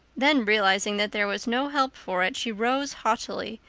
then, realizing that there was no help for it, she rose haughtily,